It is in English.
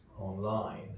online